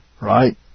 right